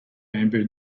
bamboo